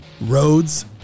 Roads